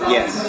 Yes